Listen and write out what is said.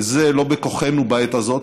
וזה לא בכוחנו בעת הזאת,